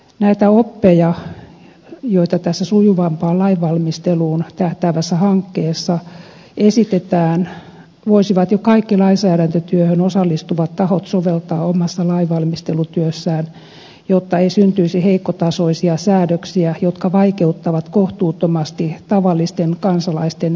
näitä oppeja joita tässä sujuvampaan lainvalmisteluun tähtäävässä hankkeessa esitetään voisivat jo kaikki lainsäädäntötyöhön osallistuvat tahot soveltaa omassa lainvalmistelutyössään jotta ei syntyisi heikkotasoisia säädöksiä jotka vaikeuttavat kohtuuttomasti tavallisten kansalaisten jokapäiväistä elämää